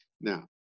Now